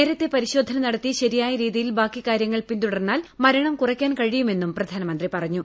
നേരത്തെ പരിശോധന നടത്തി ശരിയായ രീതിയിൽ ബാക്കി കാര്യങ്ങൾ പിന്തുടർന്നാൽ മരണം കുറയ്ക്കാൻ കഴിയുമെന്നും പ്രധാനമന്ത്രി പറഞ്ഞു